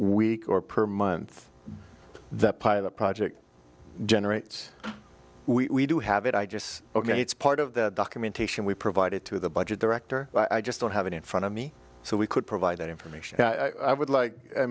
week or per month that pilot project generates we do have it i just say ok it's part of the documentation we provided to the budget director i just don't have it in front of me so we could provide that information i would like i